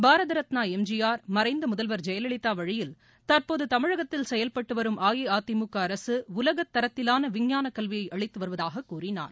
பாரத ரத்னா எம் ஜி ஆர் மறைந்த முதல்வர் ஜெயலவிதா வழியில் தற்போது தமிழகத்தில் செயல்பட்டு வரும் அஇஅதிமுக அரசு உலகத்தரத்திவான விஞ்ஞான கல்வியை அளித்து வருவதாக கூறினார்